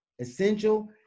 essential